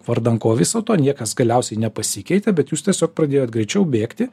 vardan ko viso to niekas galiausiai nepasikeitė bet jūs tiesiog pradėjot greičiau bėgti